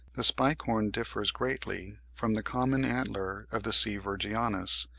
the spike-horn differs greatly from the common antler of the c. virginianus.